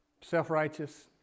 self-righteous